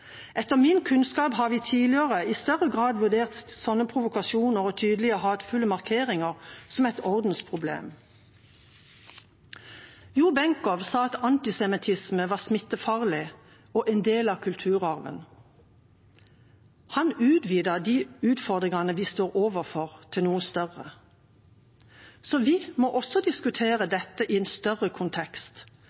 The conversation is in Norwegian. Etter min kunnskap har vi tidligere i større grad vurdert slike provokasjoner og tydelige hatefulle markeringer som et ordensproblem. Jo Benkow sa at antisemittisme var smittefarlig og en del av kulturarven. Han utvidet de utfordringene vi står overfor, til noe større. Så vi må også diskutere dette i en større kontekst.